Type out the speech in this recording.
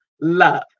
love